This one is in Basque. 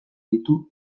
ditu